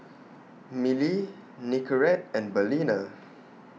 Mili Nicorette and Balina